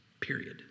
period